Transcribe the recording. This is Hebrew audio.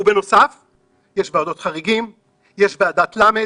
ובנוסף לזה יש ועדות חריגים ויש ועדת ל'.